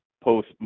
post